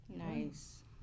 Nice